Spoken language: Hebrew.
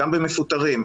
גם במפוטרים,